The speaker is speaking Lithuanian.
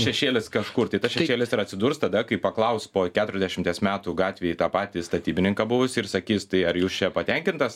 šešėlis kažkur tai tas šešėlis ir atsidurs tada kai paklaus po keturiasdešimties metų gatvėj tą patį statybininką buvusį ir sakys tai ar jūs čia patenkintas